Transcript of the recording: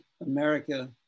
America